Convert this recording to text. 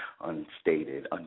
unstated